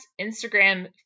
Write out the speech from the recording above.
Instagram